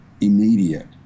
immediate